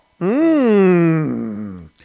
Mmm